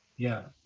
yeah.